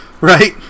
Right